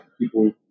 People